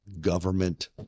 government